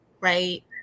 Right